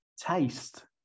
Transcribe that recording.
taste